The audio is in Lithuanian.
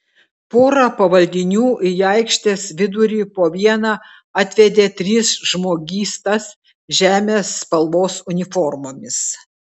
pora pavaldinių į aikštės vidurį po vieną atvedė tris žmogystas žemės spalvos uniformomis